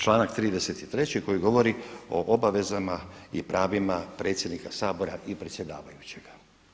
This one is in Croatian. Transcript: Članak 33. koji govori o obavezama i pravima predsjednika Sabora i predsjedavajućega.